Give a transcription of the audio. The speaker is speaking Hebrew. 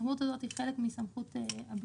הסמכות הזאת היא חלק מסמכות הביטול,